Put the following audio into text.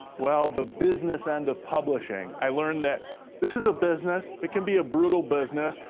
well, the business end of publishing. i learned that this is a business. it can be a brutal business,